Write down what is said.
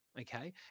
Okay